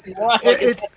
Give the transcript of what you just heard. right